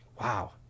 Wow